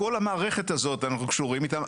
אוקיי.